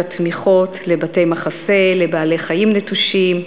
התמיכות לבתי-מחסה לבעלי-חיים נטושים,